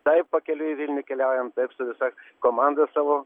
taip pakeliui į vilnių keliaujam su visa komanda savo